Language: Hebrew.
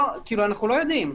אנחנו לא יודעים.